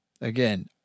Again